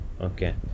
okay